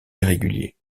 irrégulier